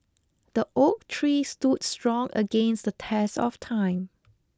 the oak tree stood strong against the test of time